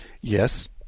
Yes